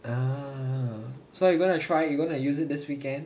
uh so you gonna try you gonna use it this weekend